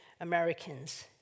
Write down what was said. Americans